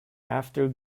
after